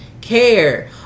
care